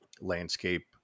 landscape